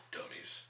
Dummies